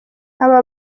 aba